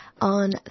on